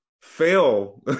fail